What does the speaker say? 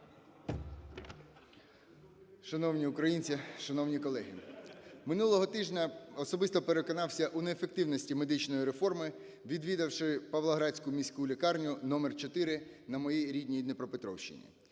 Шановні українці, шановні колеги! Минулого тижня особисто переконався в неефективності медичної реформи, відвідавши Павлоградську міську лікарню № 4 на моїй рідній Дніпропетровщині,